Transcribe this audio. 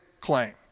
claim